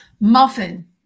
Muffin